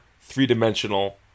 three-dimensional